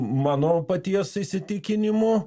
mano paties įsitikinimu